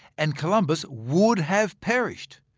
and columbus would have perished.